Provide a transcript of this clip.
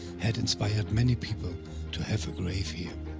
had inspired many people to have a grave here.